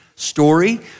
Story